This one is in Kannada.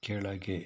ಕೆಳಗೆ